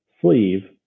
sleeve